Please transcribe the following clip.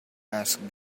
asked